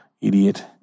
idiot